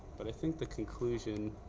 but i think the conclusion